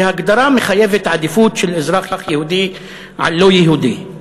כי ההגדרה מחייבת עדיפות של אזרח יהודי על לא-יהודי.